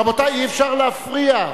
רבותי, אי-אפשר להפריע.